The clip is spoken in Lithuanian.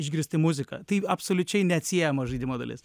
išgirsti muziką tai absoliučiai neatsiejama žaidimo dalis